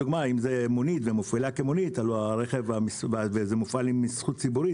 לדוגמה, אם זאת מונית, זה מופעל עם זכות ציבורית.